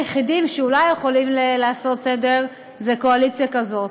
היחידים שאולי יכולים לעשות סדר הם קואליציה כזאת.